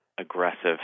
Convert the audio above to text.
aggressive